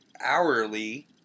hourly